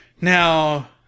Now